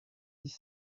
dix